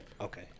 Okay